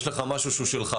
יש לך משהו שהוא שלך,